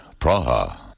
Praha